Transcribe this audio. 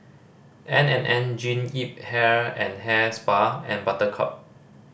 N and N Jean Yip Hair and Hair Spa and Buttercup